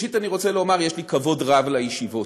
ראשית, אני רוצה לומר, יש לי כבוד רב לישיבות